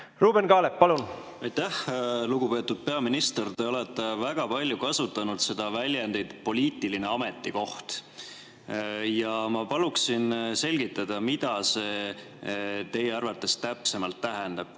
Ruuben Kaalep, palun! Aitäh, lugupeetud peaminister! Te olete väga palju kasutanud väljendit "poliitiline ametikoht". Ma paluksin selgitada, mida see teie arvates täpsemalt tähendab.